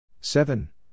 Seven